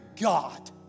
God